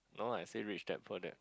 no I say rich that poor that